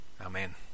Amen